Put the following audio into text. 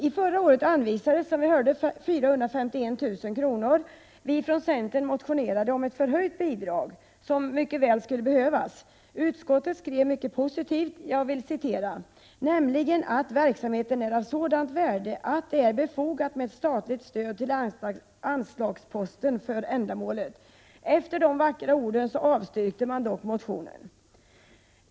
I förra årets budget anvisades, som vi nyss hört, 451 000 kr., men vi motionerade från centern om ett förhöjt bidrag, vilket mycket väl skulle behövas. Utskottet skrev mycket positivt: ”nämligen att verksamheten är av sådant värde att det är befogat med ett statligt stöd till anslagsposten för ändamålet”. Efter dessa vackra ord avstyrkte man dock motionen.